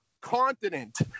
continent